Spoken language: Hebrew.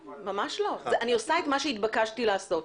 אני עושה את מה שהתבקשתי לעשות.